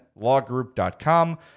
lawgroup.com